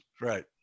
right